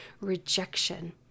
rejection